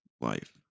life